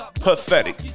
pathetic